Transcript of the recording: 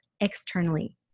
externally